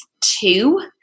two